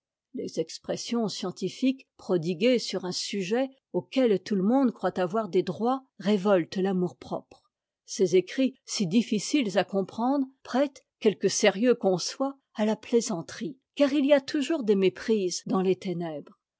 les expressions scientifiques prodiguées sur un sujet auquel tout le monde croit avoir des droits révoltent iamour propre ces écrits si difficiles à comprendre prêtent quelque sérieux qu'on soit à la plaisanterie car il y a toujours des méprises dans les ténèbres